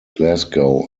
glasgow